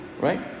Right